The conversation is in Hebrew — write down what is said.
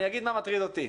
אני אגיד מה מטריד אותי.